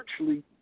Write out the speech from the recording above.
virtually